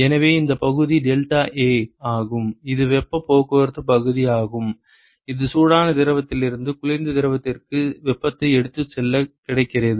எனவே இந்தப் பகுதி டெல்டாஏ ஆகும் இது வெப்பப் போக்குவரத்துப் பகுதி ஆகும் இது சூடான திரவத்திலிருந்து குளிர்ந்த திரவத்திற்கு வெப்பத்தை எடுத்துச் செல்லக் கிடைக்கிறது